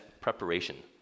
preparation